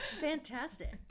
Fantastic